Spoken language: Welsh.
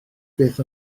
byth